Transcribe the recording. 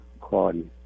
quality